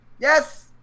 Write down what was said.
Yes